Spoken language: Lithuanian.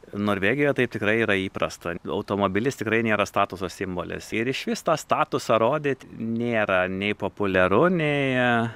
norvegijoje tai tikrai yra įprasta automobilis tikrai nėra statuso simbolis ir išvis tą statusą rodyt nėra nei populiaru nei